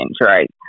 right